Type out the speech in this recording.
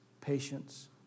patience